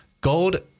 gold